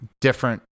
different